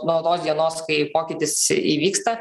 nuo tos dienos kai pokytis įvyksta